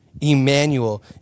Emmanuel